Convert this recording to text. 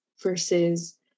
Versus